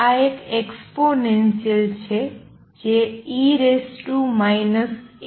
અને આ એક્સ્પોનેંસિયલ છે જે e At છે